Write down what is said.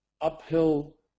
uphill